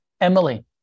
Emily